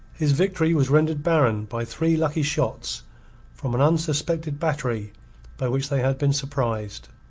his victory was rendered barren by three lucky shots from an unsuspected battery by which they had been surprised.